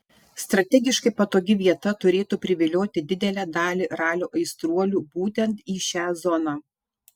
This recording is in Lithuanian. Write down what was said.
strategiškai patogi vieta turėtų privilioti didelę dalį ralio aistruolių būtent į šią zoną